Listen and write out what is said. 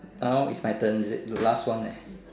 now is my turn is it the last one eh